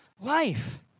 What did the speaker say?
life